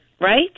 right